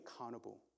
accountable